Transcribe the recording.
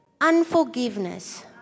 unforgiveness